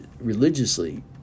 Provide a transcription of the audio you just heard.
religiously